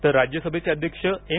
तर राज्यसभा अध्यक्ष एम